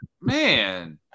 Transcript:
man